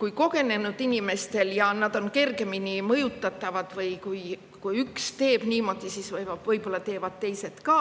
kui kogenud inimestel, nad on kergemini mõjutatavad, et kui üks teeb niimoodi, siis võib-olla teevad teised ka.